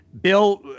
Bill